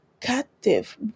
captive